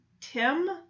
Tim